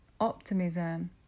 optimism